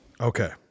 Okay